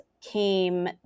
came